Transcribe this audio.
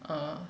orh